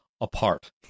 apart